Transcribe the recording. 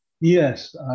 Yes